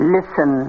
Listen